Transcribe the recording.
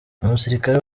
umusirikare